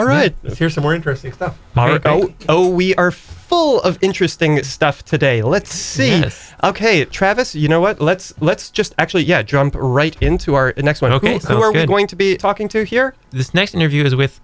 all right here's a more interesting oh we are full of interesting stuff today let's see ok travis you know what let's let's just actually yeah jump right into our next one ok so we're going to be talking to hear this next interview is with